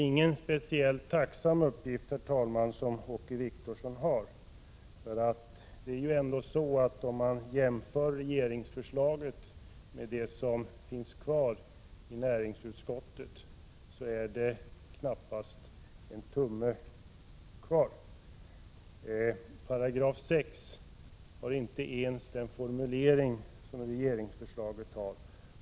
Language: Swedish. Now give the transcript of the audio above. Det är inte någon speciellt tacksam uppgift, herr talman, som Åke Wictorsson har, för om man jämför regeringsförslaget med näringsutskottets betänkande finner man att av regeringsförslaget finns det knappast ”en tumme” kvar. 6 § har inte ens den formulering som denna paragraf har i regeringsförslaget.